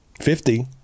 Fifty